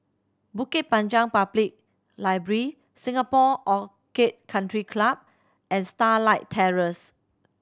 Bukit Panjang Public Library Singapore Orchid Country Club and Starlight Terrace